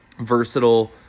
versatile